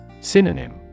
Synonym